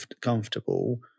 comfortable